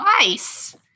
Nice